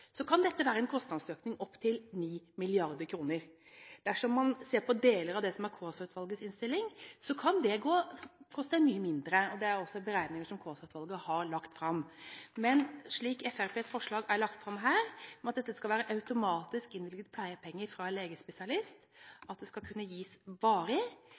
Så til spørsmålet om regnestykket: Ja, dersom de høyeste anslagene slår til, kan dette være en kostnadsøkning på opptil 9 mrd. kr. Dersom man ser på deler av det som er Kaasa-utvalgets innstilling, kan det koste mye mindre, og det er beregninger som Kaasa-utvalget har lagt fram. Men slik Fremskrittspartiets forslag er lagt fram – at det skal være automatisk innvilgede pleiepenger fra